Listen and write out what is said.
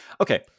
Okay